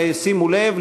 שימו לב,